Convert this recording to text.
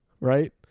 right